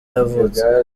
yavutse